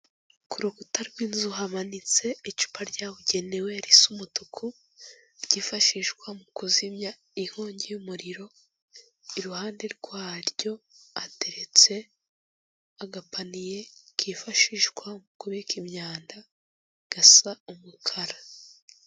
Ku rukuta rw'inzu hamanitse icupa ryabugenewe risa umutuku, ryifashishwa mu kuzimya inkongi y'umuriro, iruhande rwaryo hateretse agapaniye kifashishwa mu kubika imyanda, gasa umukara.